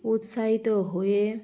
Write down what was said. উৎসাহিত হয়ে